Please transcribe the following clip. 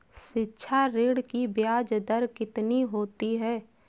शिक्षा ऋण की ब्याज दर कितनी होती है?